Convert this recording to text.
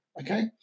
okay